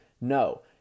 No